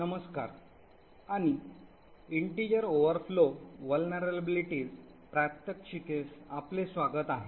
नमस्कार आणि पूर्णांक अतिप्रवाह असुरक्षा प्रात्यक्षिकेस आपले स्वागत आहे